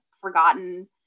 forgotten